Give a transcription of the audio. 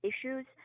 issues